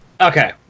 okay